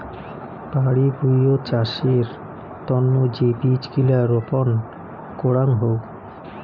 বাড়ি ভুঁইয়ত চাষের তন্ন যে বীজ গিলা রপন করাং হউ